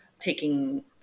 Taking